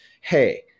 hey